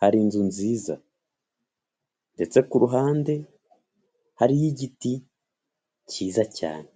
hari inzu nziza ndetse ku ruhande hariho igiti cyiza cyane.